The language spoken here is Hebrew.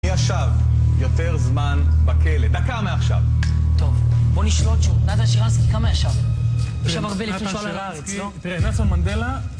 מי ישב יותר זמן בכלא? דקה מעכשיו. טוב נשלול תשוב.. נתן שרנסקי, כמה ישב? ישב הרבה לפני שהוא עלה לארץ לא? תראה נלסן מנדלה..